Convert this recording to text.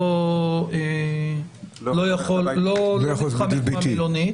לא יכול מתחמק מהמלונית,